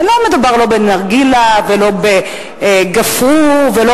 לא מדובר לא בנרגילה ולא בגפרור ולא